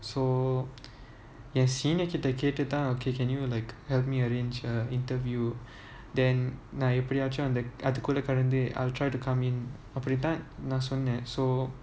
so yes senior கிட்டகேட்டுத்தான்:kita ketuthaan okay can you like help me arrange a interview then நான்எப்படியாச்சும்அந்தஅதுகூடகலந்து:naan eppadiyachum antha adhu kooda kalanthu I'll try to come in அப்டித்தான்நான்சொன்னேன்:appadithan naan sonnen so